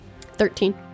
Thirteen